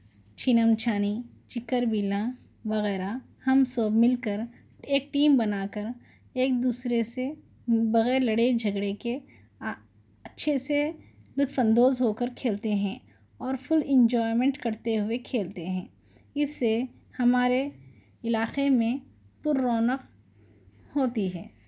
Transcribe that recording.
چھینم چھانی چکر بیلاں وغیرہ ہم سب مل کر ایک ٹیم بنا کر ایک دوسرے سے بغیر لڑے جھگڑے کے اچھے سے لطف اندوز ہو کر کھیلتے ہیں اور فل انجوائمینٹ کرتے ہوئے کھیلتے ہیں اس سے ہمارے علاقے میں پررونق ہوتی ہے